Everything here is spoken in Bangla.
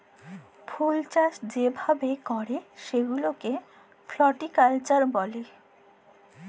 ফুলচাষ যে ভাবে ক্যরে সেগুলাকে ফ্লরিকালচার ব্যলে